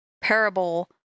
parable